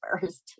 first